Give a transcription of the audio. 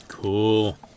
Cool